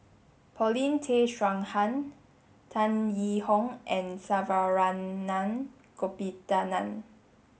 Paulin Tay Straughan Tan Yee Hong and Saravanan Gopinathan